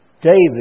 David